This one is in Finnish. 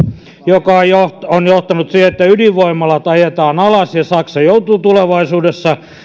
joka on johtanut on johtanut siihen että ydinvoimalat ajetaan alas ja saksa joutuu tulevaisuudessa